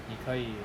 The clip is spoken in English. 你可以